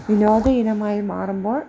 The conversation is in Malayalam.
വിനോദ ഇനമായി മാറുമ്പോൾ